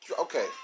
Okay